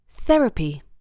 Therapy